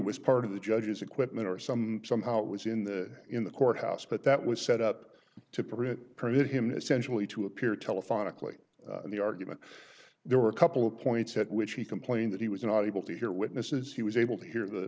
was part of the judge's equipment or some somehow it was in the in the courthouse but that was set up to permit permit him essentially to appear telephonically the argument there were a couple of points at which he complained that he was not able to hear witnesses he was able to hear the